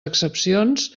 excepcions